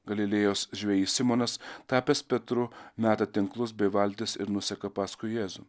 galilėjos žvejys simonas tapęs petru meta tinklus bei valtis ir nuseka paskui jėzų